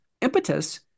impetus